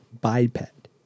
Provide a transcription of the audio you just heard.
biped